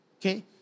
Okay